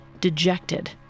dejected